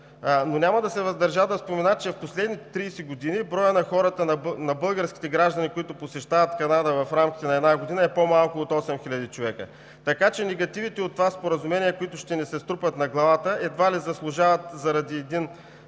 Няма да се въздържа да спомена, че в последните 30 години броят на хората, на българските граждани, които посещават Канада в рамките на една година, е по-малък от 8000 души. Така че негативите от това споразумение, които ще ни се струпат на главата, едва ли си заслужават заради един